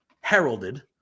heralded